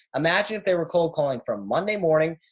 imagine if they were cold calling from monday morning,